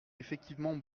effectivement